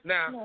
Now